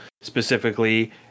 Specifically